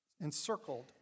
encircled